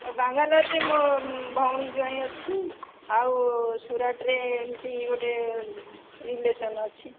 ବାଙ୍ଗାଲୋର ରେ ମୋର ଭଉଣୀ ଜ୍ୱାଇଁ ଅଛି ଆଉ ସୁରଟ ରେ ଏମିତି ଗୋଟିଏ ରିଲେସନ ଅଛି